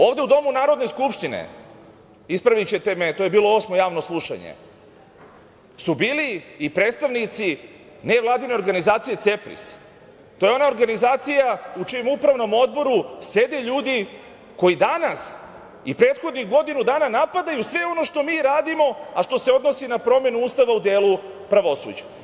Ovde u domu Narodne skupštine, ispravićete me, to je bilo osmo javno slušanje, su bili i predstavnici nevladine organizacije CEPRIS, to je ona organizacija u čijem Upravnom odboru sede ljudi koji danas i prethodnih godinu dana napadaju sve ono što mi radimo, a što se odnosi na promenu Ustava u delu pravosuđa.